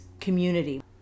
community